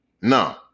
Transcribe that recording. no